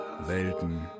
Welten